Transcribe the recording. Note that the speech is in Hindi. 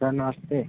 सर नमस्ते